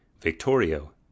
Victorio